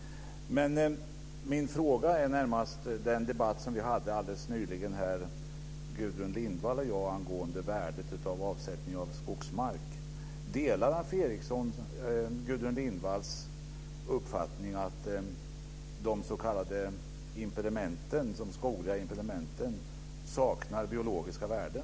Min fråga gäller närmast den debatt som Gudrun Lindvall och jag förde alldeles nyligen angående värdet av avsättningen av skogsmark. Delar Alf skogliga impedimenten saknar biologiska värden?